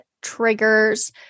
triggers